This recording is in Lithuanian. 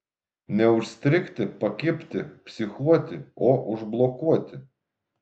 ne užstrigti pakibti psichuoti o užblokuoti